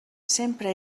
sempre